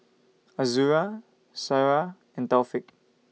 Azura Sarah and Taufik